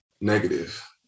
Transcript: negative